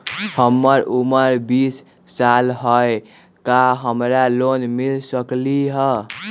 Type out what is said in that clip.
हमर उमर बीस साल हाय का हमरा लोन मिल सकली ह?